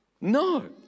No